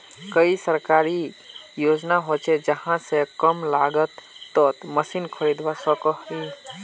कोई सरकारी योजना होचे जहा से कम लागत तोत मशीन खरीदवार सकोहो ही?